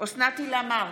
אוסנת הילה מארק,